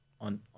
on